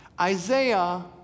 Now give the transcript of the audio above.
Isaiah